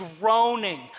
groaning